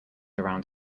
around